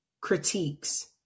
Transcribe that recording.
critiques